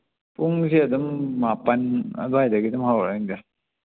ꯄꯨꯡꯁꯦ ꯑꯗꯨꯝ ꯃꯥꯄꯟ ꯑꯗꯨꯋꯥꯏꯗꯒꯤ ꯑꯗꯨꯝ ꯍꯧꯔꯅꯤꯗ